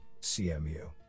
CMU